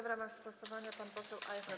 W ramach sprostowania pan poseł Ajchler.